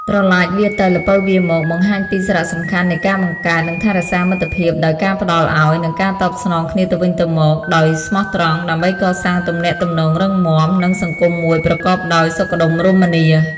ប្រឡាចវារទៅ ល្ពៅវារមក បង្ហាញពីសារៈសំខាន់នៃការបង្កើត និងថែរក្សាមិត្តភាពដោយការផ្តល់ឲ្យ និងការតបស្នងគ្នាទៅវិញទៅមកដោយស្មោះត្រង់ ដើម្បីកសាងទំនាក់ទំនងរឹងមាំ និងសង្គមមួយប្រកបដោយសុខដុមរមនា។